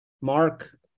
Mark